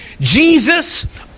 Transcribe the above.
Jesus